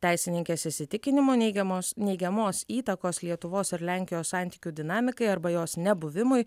teisininkės įsitikinimu neigiamos neigiamos įtakos lietuvos ir lenkijos santykių dinamikai arba jos nebuvimui